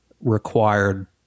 required